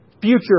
future